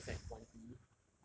okay it's like wan yi